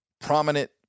prominent